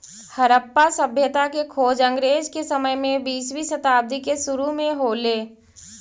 हड़प्पा सभ्यता के खोज अंग्रेज के समय में बीसवीं शताब्दी के सुरु में हो ले